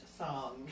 song